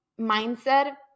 mindset